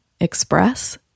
express